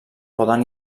poden